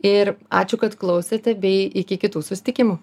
ir ačiū kad klausėte bei iki kitų susitikimų